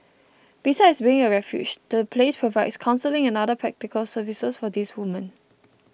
besides being a refuge the place provides counselling and other practical services for these women